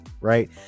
right